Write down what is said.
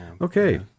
Okay